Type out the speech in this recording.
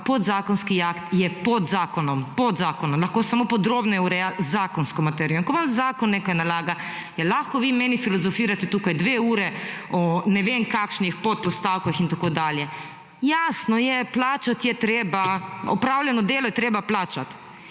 podzakonski akt je pod zakonom, pod zakonom, lahko samo podrobneje ureja zakonsko materijo. In vaš zakon nekaj nalaga, lahko vi meni filozofirate tukaj dve uri o ne vem kakšnih podpostavkah in tako dalje. Jasno je, plačati je treba, opravljeno delo je treba plačati.